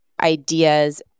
ideas